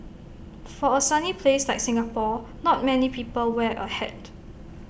for A sunny place like Singapore not many people wear A hat